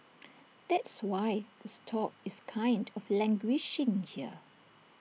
that's why the stock is kind of languishing here